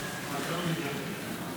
כנסת נכבדה,